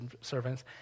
servants